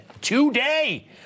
today